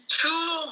two